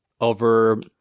over